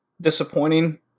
disappointing